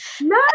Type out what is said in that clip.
No